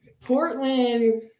Portland